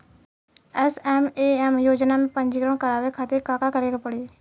SMAM योजना में पंजीकरण करावे खातिर का का करे के पड़ी?